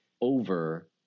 over